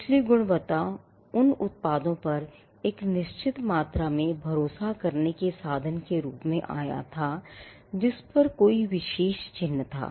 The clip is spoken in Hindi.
इसलिए गुणवत्ता उन उत्पादों पर एक निश्चित मात्रा में भरोसा करने के साधन के रूप में आया था जिस पर कोई विशेष चिह्न था